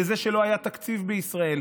לזה שלא היה תקציב בישראל,